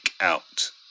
out